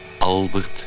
Albert